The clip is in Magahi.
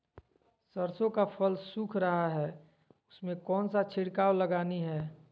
सरसो का फल सुख रहा है उसमें कौन सा छिड़काव लगानी है?